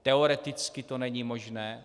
Teoreticky to není možné.